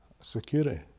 Security